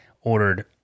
ordered